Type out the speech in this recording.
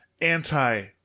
anti